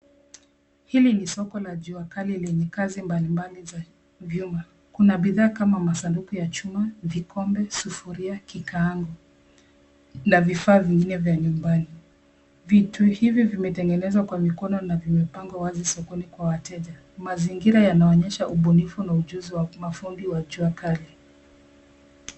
Hili ni soko la jua kali lenye kazi mbali mbali za vyuma. Kuna bidhaa kama masanduku ya chuma, vikombe, sufuria na vikaango na vivaa vingine vya nyumbani. Vitu hivi vimetengenezwa kwa mikono na vimepangwa wazi sokoni kwa wateja. Mazingira yanaonyesha ubunifu na ujuzi wa mafundi wa jua kali.